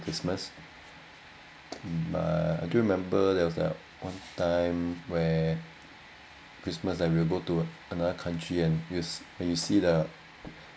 christmas but I do remember there was one time where christmas I will go to another country and use when you see the